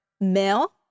male